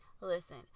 Listen